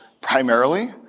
primarily